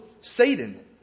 Satan